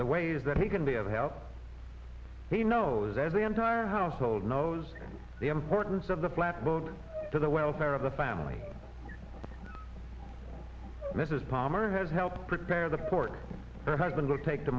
the ways that he can be of help he knows that the entire household knows the importance of the flatboat to the welfare of the family mrs palmer has helped prepare the pork her husband will take t